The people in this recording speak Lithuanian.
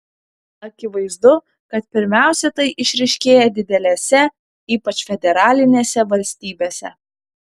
akivaizdu kad pirmiausia tai išryškėja didelėse ypač federalinėse valstybėse